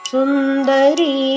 Sundari